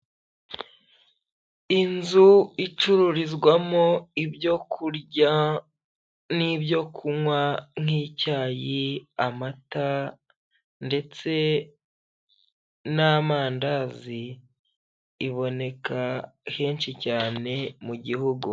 Inzu icururizwamo ibyo kurya n'ibyo kunywa nk'icyayi, amata ndetse n'amandazi, iboneka henshi cyane mu gihugu.